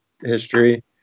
history